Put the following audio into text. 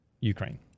Ukraine